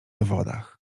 wywodach